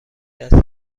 دستی